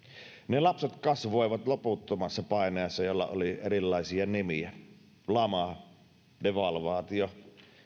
ne lapset kasvoivat loputtomassa painajaisessa jolla oli erilaisia nimiä lama devalvaatio